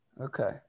Okay